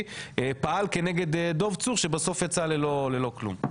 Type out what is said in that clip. פעל כנגד דב צור שבסוף יצאה ללא כלום.